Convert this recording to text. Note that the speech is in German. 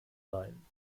sein